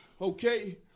Okay